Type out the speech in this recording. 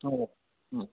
ꯑꯣ ꯎꯝ